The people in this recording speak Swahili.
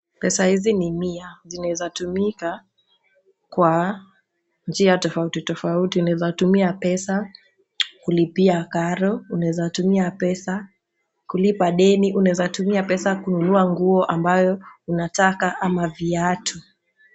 Pesa hizi ni mia zinaweza tumika kwa njia tofauti tofauti unaweza tumia pesa kulipia karo, unaweza tumia peza kulipa deni, unaweza tumia pesa kununua nguo ambayo unataka ama viatu.